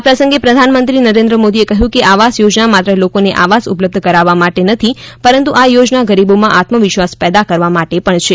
આ પ્રસંગે પ્રધાનમંત્રી નરેન્દ્ર મોદીએ કહ્યું કે આવાસ યોજના માત્ર લોકોને આવાસ ઉપલબ્ધ કરાવવા માટે નથી પરંતુ આ યોજના ગરીબોમાં આત્મવિશ્વાસ પેદા કરવા માટે પણ છે